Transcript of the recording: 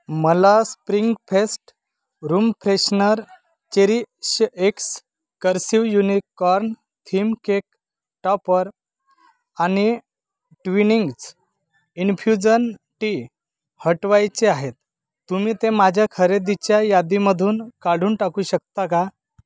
मला spring fest room freshener CherishX cursive unicorn theme cake topper आणि Twinings infusion tea हटवायचे आहेत तुम्ही ते माझ्या खरेदीच्या यादीमधून काढून टाकू शकता का